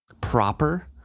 proper